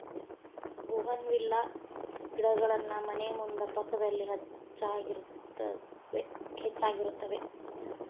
bougainvillea ಗಿಡಗಳನ್ನಾ ಮನೆ ಮುಂದೆ ಪಕ್ಕದಲ್ಲಿ ಹೆಚ್ಚಾಗಿರುತ್ತವೆ